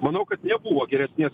manau kad nebuvo geresnės